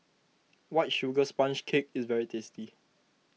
White Sugar Sponge Cake is very tasty